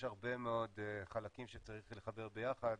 יש הרבה מאוד חלקים שצריך לחבר ביחד.